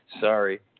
Sorry